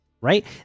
right